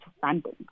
funding